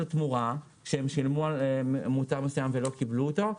תמורה שהם שילמו על מוצר מסוים ולא קיבלו אותו,